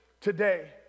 today